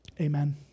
amen